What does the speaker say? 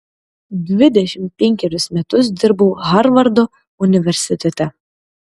dvidešimt penkerius metus dirbau harvardo universitete